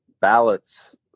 ballots